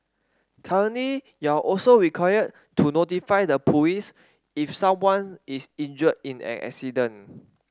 currently you're also required to notify the police if someone is injured in an accident